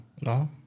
No